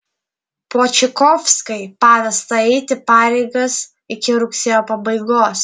počikovskai pavesta eiti pareigas iki rugsėjo pabaigos